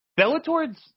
Bellator's